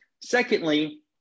Secondly